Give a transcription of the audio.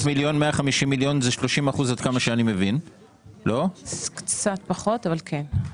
500 מיליון, 150 מיליון זה 30%. קצת פחות אבל כן.